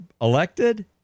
elected